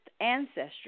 Ancestry